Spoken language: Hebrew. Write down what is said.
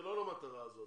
בסדר, לא למטרה הזאת.